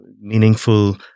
meaningful